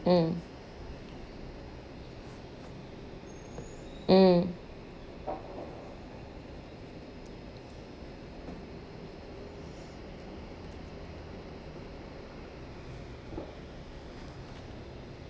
mm mm